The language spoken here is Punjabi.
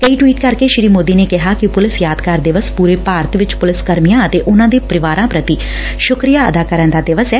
ਕਈ ਟਵੀਟ ਕਰਕੇ ਸ੍ਰੀ ਮੋਦੀ ਨੇ ਕਿਹਾ ਕਿ ਪੁਲਿਸ ਯਾਦਗਾਰ ਦਿਵਸ ਪੁਰੇ ਭਾਰਤ ਵਿਚ ਪੁਲਿਸ ਕਰਮੀਆਂ ਅਤੇ ਉਨਾਂ ਦੇ ਪਰਿਵਾਰਾਂ ਪੁਤੀ ਸੁੱਕਰੀਆ ਅਦਾ ਕਰਨ ਦਾ ਦਿਵਸ ਐ